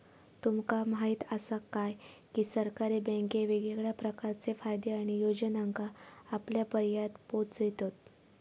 तुमका म्हायत आसा काय, की सरकारी बँके वेगवेगळ्या प्रकारचे फायदे आणि योजनांका आपल्यापर्यात पोचयतत